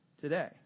today